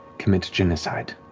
commit genocide,